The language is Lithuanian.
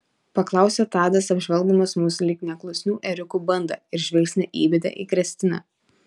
paklausė tadas apžvelgdamas mus lyg neklusnių ėriukų bandą ir žvilgsnį įbedė į kristiną